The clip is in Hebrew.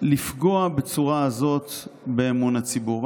לפגוע בצורה הזאת באמון הציבור.